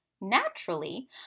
Naturally